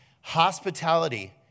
Hospitality